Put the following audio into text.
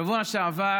בשבוע שעבר